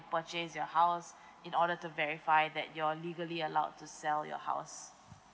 purchased your house in order to verify that you're legally allowed to sell your house